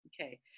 okay